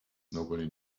nobody